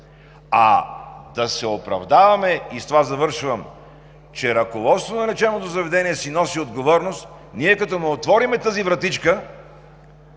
А да се оправдаваме – и с това завършвам, че ръководството на лечебното заведение носи отговорност, ние като му отворим тази вратичка,